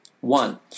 One